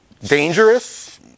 Dangerous